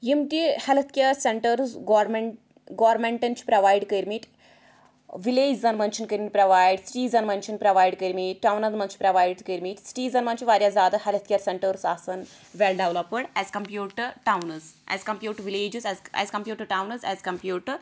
یم تہِ health care centres government گورمنٹن چھِ پرٛووَایڈ کٔرمٕتۍ وِلیجزَن مَنٛز چھِن کٔرمٕتۍ پرٛووَایڈ سِٹیٖزَن مَنٛز چھِن پرٛووَایڈ کٔرمٕتۍ ٹَونَن مَنٛز چھِن پرٛووَایڈ کٔرمٕتۍ سِٹیٖزَن مَنٛز چھِ واریاہ زیادٕ ہیٚلٕتھ کیر سیٚنٹرٕز آسان well developed as compared to towns as compared to villages as compared to towns as compared to